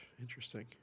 Interesting